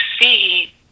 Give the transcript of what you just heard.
see